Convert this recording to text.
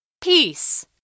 Peace